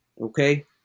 Okay